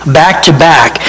back-to-back